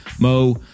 Mo